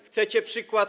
Chcecie przykład?